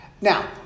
Now